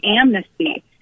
amnesty